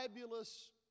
fabulous